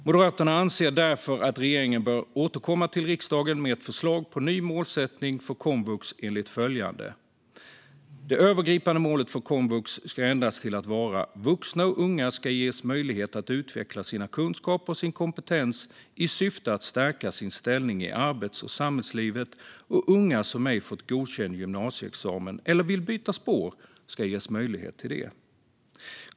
Moderaterna anser därför att regeringen bör återkomma till riksdagen med ett förslag på ny målsättning för komvux enligt följande: "Det övergripande målet för komvux ska förändras till att vara: Vuxna och unga ska ges möjlighet att utveckla sina kunskaper och sin kompetens i syfte att stärka sin ställning i arbets och samhällslivet och unga som ej fått godkänd gymnasieexamen eller vill byta spår ska få möjlighet till det.